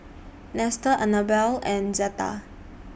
Nestor Anabel and Zetta